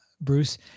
bruce